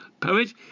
poet